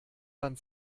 dann